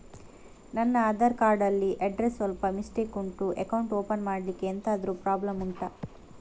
ನನ್ನ ಆಧಾರ್ ಕಾರ್ಡ್ ಅಲ್ಲಿ ಅಡ್ರೆಸ್ ಸ್ವಲ್ಪ ಮಿಸ್ಟೇಕ್ ಉಂಟು ಅಕೌಂಟ್ ಓಪನ್ ಮಾಡ್ಲಿಕ್ಕೆ ಎಂತಾದ್ರು ಪ್ರಾಬ್ಲಮ್ ಉಂಟಾ